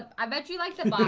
i bet you like